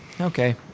Okay